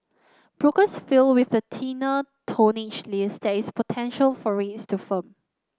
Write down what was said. brokers feel with the thinner tonnage list there is potential for rates to firm